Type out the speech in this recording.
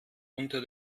unter